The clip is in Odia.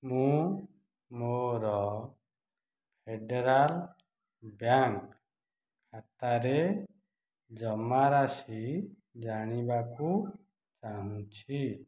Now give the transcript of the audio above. ମୁଁ ମୋର ଫେଡ଼େରାଲ୍ ବ୍ୟାଙ୍କ ଖାତାରେ ଜମାରାଶି ଜାଣିବାକୁ ଚାହୁଁଛି